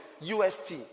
UST